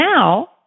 now